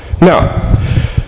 Now